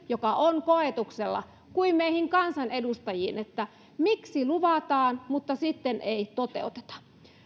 johon se on koetuksella kuin meihin kansanedustajiin niin miksi luvataan mutta sitten ei toteuteta